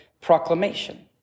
proclamation